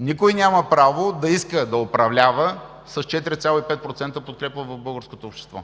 Никой няма право да иска да управлява с 4,5% подкрепа от българското общество.